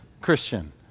Christian